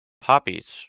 Poppies